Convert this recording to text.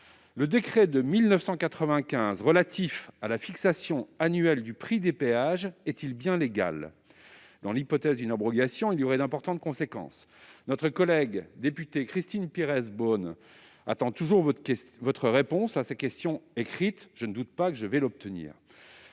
le décret de 1995 relatif à la fixation annuelle du prix des péages est-il bien légal ? Dans l'hypothèse d'une abrogation, les conséquences seront importantes. Notre collègue députée Christine Pires Beaune attend toujours votre réponse à ses questions écrites : je ne doute pas que je vais l'obtenir.